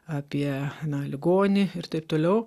apie na ligonį ir taip toliau